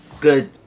good